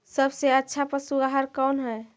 सबसे अच्छा पशु आहार कौन है?